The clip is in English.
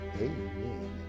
amen